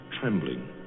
trembling